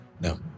No